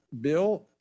bill